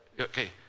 Okay